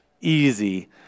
easy